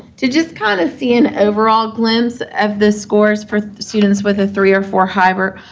to just kind of see an overall glimpse of the scores for students with a three or four or higher,